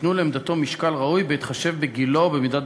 הוועדה